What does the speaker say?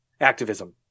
activism